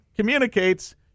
communicates